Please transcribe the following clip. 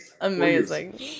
Amazing